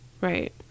Right